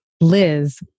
Liz